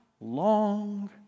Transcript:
long